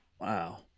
Wow